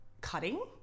cutting